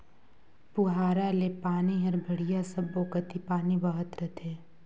पुहारा ले पानी हर बड़िया सब्बो कति पानी बहत रथे